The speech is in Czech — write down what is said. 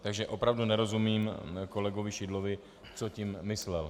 Takže opravdu nerozumím kolegovi Šidlovi, co tím myslel.